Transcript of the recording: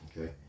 Okay